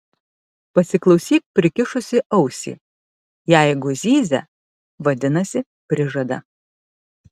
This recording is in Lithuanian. pasiklausyk prikišusi ausį jeigu zyzia vadinasi prižada